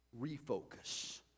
refocus